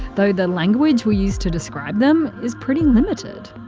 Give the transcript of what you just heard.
though the language we use to describe them is pretty limited.